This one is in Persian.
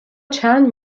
چند